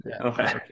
Okay